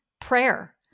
prayer